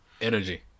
energy